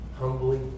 humbly